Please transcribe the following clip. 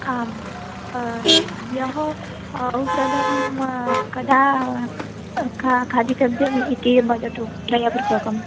आं ह्यः औषधं कदा खा खादितव्यम् इति वदतु दयापूर्वकं